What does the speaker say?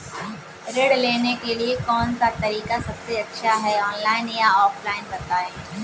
ऋण लेने के लिए कौन सा तरीका सबसे अच्छा है ऑनलाइन या ऑफलाइन बताएँ?